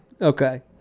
Okay